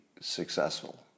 successful